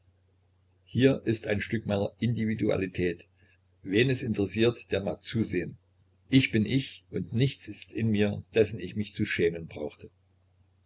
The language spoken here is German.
hier ist ein stück meiner individualität wen es interessiert der mag zusehen ich bin ich und nichts ist in mir dessen ich mich zu schämen brauchte